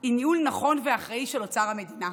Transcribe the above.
היא ניהול נכון ואחראי של אוצר המדינה,